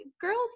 girls